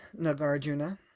Nagarjuna